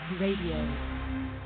Radio